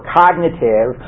cognitive